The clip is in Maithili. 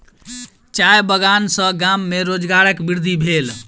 चाय बगान सॅ गाम में रोजगारक वृद्धि भेल